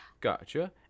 Gotcha